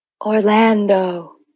Orlando